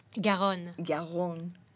Garonne